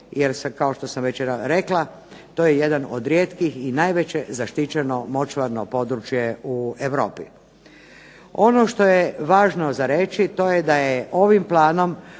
se kao što sam već jednom rekla to je jedan od rijetkih i najveće zaštićeno močvarno područje u Europi. Ono što je važno za reći to je da je ovim planom